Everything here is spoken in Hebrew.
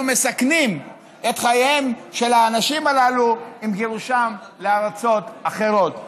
מסכנים את חייהם של האנשים הללו עם גירושם לארצות אחרות.